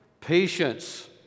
Patience